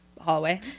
hallway